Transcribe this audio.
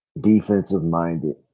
Defensive-minded